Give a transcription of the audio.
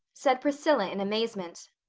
said priscilla in amazement.